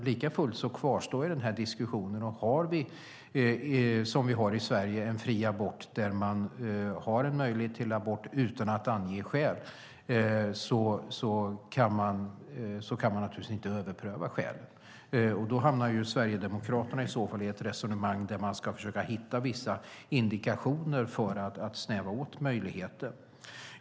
Likafullt kvarstår diskussionen. Har vi, som i Sverige, fri abort där man har möjlighet till abort utan att ange skäl kan man naturligtvis inte överpröva skälen. Då hamnar Sverigedemokraterna i så fall i ett resonemang där man ska försöka hitta vissa indikationer för att snäva åt möjligheter.